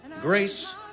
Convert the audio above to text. grace